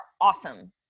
awesome